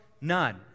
None